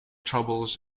troubles